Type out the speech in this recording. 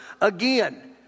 Again